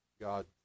God